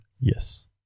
Yes